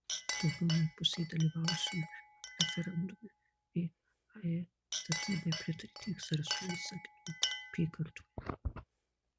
daugiau nei pusė dalyvavusiųjų referendume vae statybai pritarė tik zarasų visagino apygardoje